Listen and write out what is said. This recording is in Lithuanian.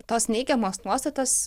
tos neigiamos nuostatos